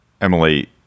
Emily